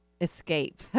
escape